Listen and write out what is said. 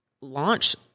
launch